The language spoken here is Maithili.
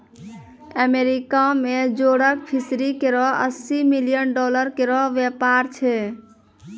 अमेरिका में जोडक फिशरी केरो अस्सी मिलियन डॉलर केरो व्यापार छै